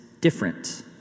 different